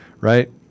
right